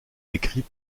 écrit